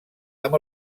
amb